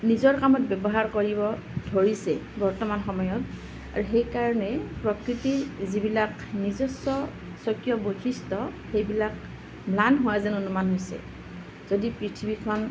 নিজৰ কামত ব্যৱহাৰ কৰিব ধৰিছে বৰ্তমান সময়ত আৰু সেই কাৰণেই প্ৰকৃতিৰ যিবিলাক নিজস্ৱ স্ৱকীয় বৈশিষ্ট্য সেইবিলাক ম্লান হোৱা যেন অনুমান হৈছে যদি পৃথিৱী খন